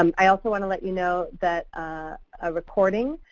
um i also want to let you know that a recording